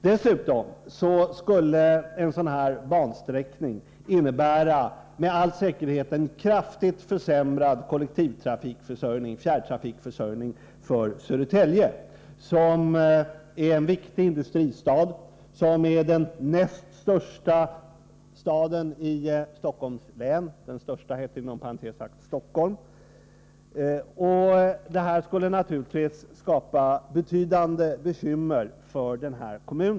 Dessutom skulle en sådan här bansträckning med all säkerhet innebära en kraftigt försämrad kollektiv fjärrtrafikförsörjning för Södertälje, som är en viktig industristad och den näst största staden i Stockholms län. Den största heter inom parentes sagt Stockholm. Detta skulle naturligtvis skapa betydande bekymmer för Södertälje kommun.